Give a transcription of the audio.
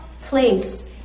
place